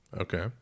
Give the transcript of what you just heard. Okay